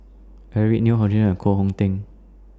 Eric Neo Hor Chim and Koh Hong Teng